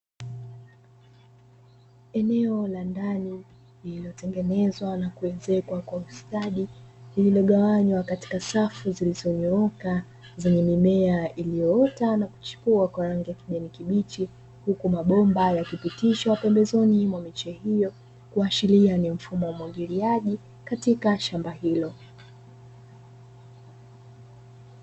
Eneo la ndani lililotengenezwa na kuezekwa kwa ustadi zilizogawanywa katika safu zilizonyooka, zenye mimea iliyoota na kuchepua kwa rangi ya kijani kibichi huku mabomba yakipitishwa pembezoni mwa miche hiyo kuashiria ni mfumo wa mwangiliaji katika shamba hilo.